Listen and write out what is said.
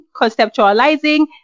conceptualizing